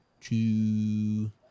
two